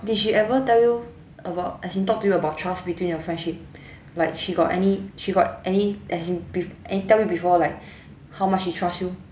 did she ever tell you about as in talk to you about trust between your friendship like she got any she got any as in b~ tell me before like how much she trust you